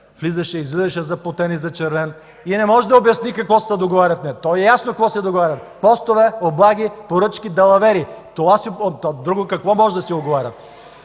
излизаше, влизаше запотен и зачервен и не може да обясни какво се договаря. Ясно е какво се договарят – постове, облаги, поръчки, далавери. Това се уговарят. Друго какво може да се договаря?